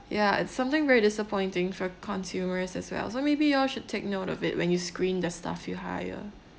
ya it's something very disappointing for consumers as well so maybe you all should take note of it when you screen the staff you hire